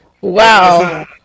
Wow